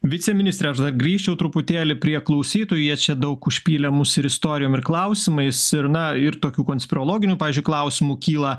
viceministre aš dar grįžčiau truputėlį prie klausytojų jie čia daug užpylė mus ir istorijom ir klausimais ir na ir tokių konspirologinių pavyzdžiui klausimų kyla